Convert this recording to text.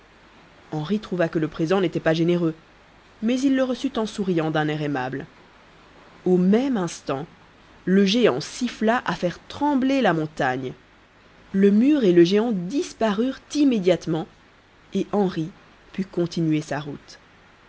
henri trouva que le présent n'était pas généreux mais il le reçut en souriant d'un air aimable au même instant le géant siffla à faire trembler la montagne le mur et le géant disparurent immédiatement et henri put continuer sa route